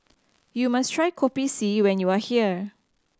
you must try Kopi C when you are here